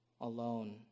Alone